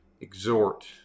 exhort